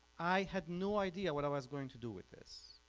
i had no idea what i was going to do with this.